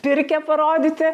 pirkią parodyti